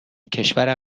کشور